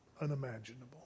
unimaginable